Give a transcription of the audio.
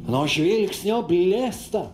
nuo žvilgsnio blėsta